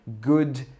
good